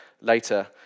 later